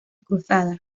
cruzada